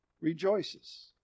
rejoices